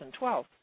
2012